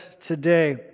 today